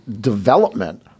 development